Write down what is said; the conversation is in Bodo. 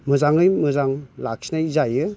मोजाङै मोजां लाखिनाय जायो